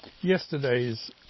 Yesterday's